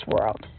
world